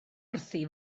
wrthi